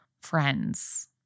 friends